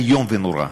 איום ונורא.